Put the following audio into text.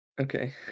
Okay